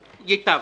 ייטב.